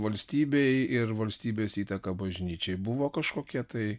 valstybei ir valstybės įtaką bažnyčiai buvo kažkokie tai